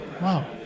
Wow